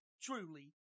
truly